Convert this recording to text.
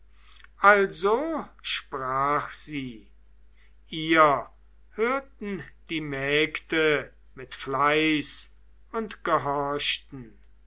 also sprach sie ihr hörten die mägde mit fleiß und gehorchten